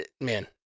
Man